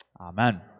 Amen